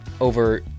over